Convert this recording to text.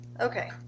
Okay